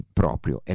proprio